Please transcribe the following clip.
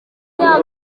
myaka